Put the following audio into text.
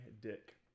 Dick